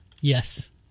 Yes